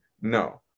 No